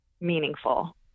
meaningful